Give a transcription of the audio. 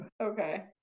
Okay